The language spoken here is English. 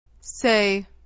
Say